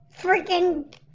freaking